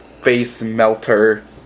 face-melter